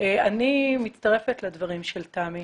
אני מצטרפת לדברים של תמי.